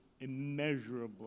immeasurably